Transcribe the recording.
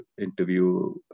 interview